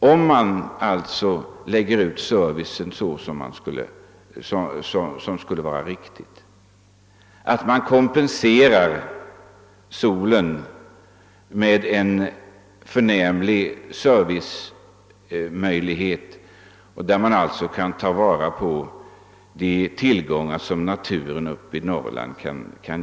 Man borde alltså bygga ut servicen och kompensera solen med en förnämlig serviceverksamhet, så att människorna kunde ta till vara de tillgångar som naturen uppe i Norrland erbjuder.